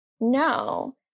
No